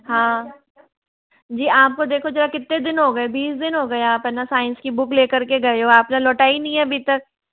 हाँ जी आपको देखो जरा कितने दिन हो गए बीस दिन हो गए आप है ना साइंस की बुक ले कर के गए हो आपने लौटाई नहीं है अभी तक